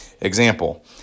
Example